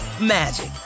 magic